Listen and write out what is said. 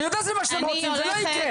אני יודע שזה מה שאתם רוצים זה לא יקרה.